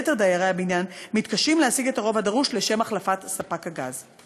יתר דיירי הבניין מתקשים להשיג את הרוב הדרוש לשם החלפת ספק הגז.